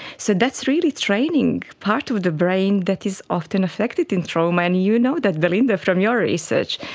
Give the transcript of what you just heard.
so that's really training part of the brain that is often affected in trauma, and you know that, belinda, from your research,